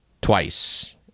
twice